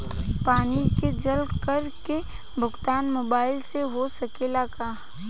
पानी के जल कर के भुगतान मोबाइल से हो सकेला का?